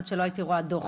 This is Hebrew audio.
עד שלא הייתי רואה דוח.